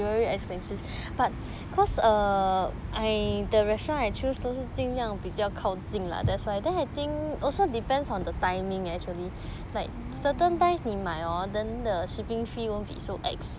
oh